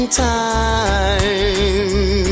time